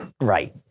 Right